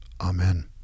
Amen